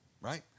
right